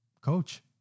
coach